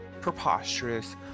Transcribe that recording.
preposterous